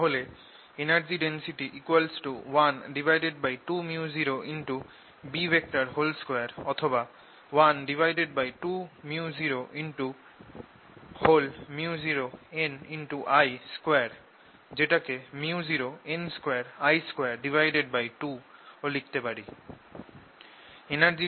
তাহলে energy density 12µoB2 অথবা 12µoµ0nI2 যেটাকে µ0n2I22 ও লিখতে পারি